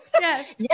Yes